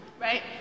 right